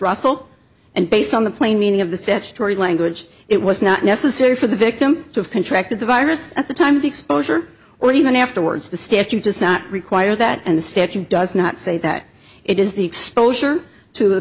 russell and based on the plain meaning of the statutory language it was not necessary for the victim to have contracted the virus at the time of the exposure or even afterwards the statute does not require that and the statute does not say that it is the exposure to